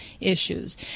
issues